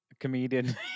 comedian